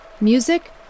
Music